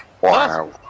Wow